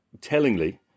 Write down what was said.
tellingly